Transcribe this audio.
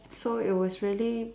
so it was really